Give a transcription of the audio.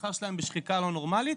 השכר שלהם בשחיקה לא נורמלית.